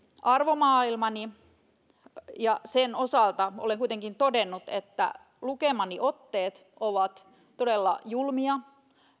arvomaailmani osalta olen kuitenkin todennut että lukemani otteet ovat todella julmia